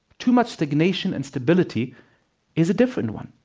too much stagnation and stability is a different one.